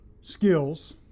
skills